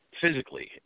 physically